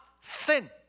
sin